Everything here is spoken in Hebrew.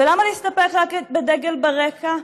ולמה להסתפק רק בדגל ברקע?